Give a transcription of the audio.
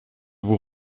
vous